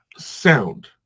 Sound